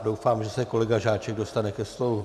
Doufám, že se kolega Žáček dostane ke slovu.